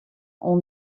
oan